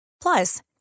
Plus